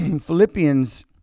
philippians